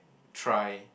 try